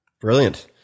Brilliant